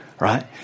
right